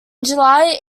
july